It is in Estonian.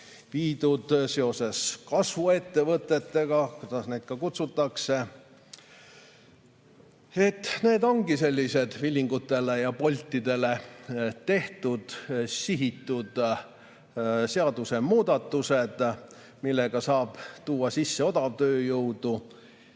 viidud seoses kasvuettevõtetega, või kuidas neid kutsutakse, ongi sellisedVilligutele ja Boltidele tehtud, sihitud seadusemuudatused, millega saab tuua sisse odavtööjõudu,